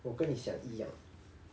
我跟你想一样